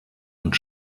und